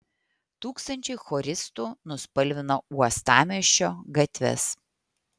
tūkstančiai choristų nuspalvino uostamiesčio gatves